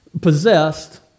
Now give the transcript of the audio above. possessed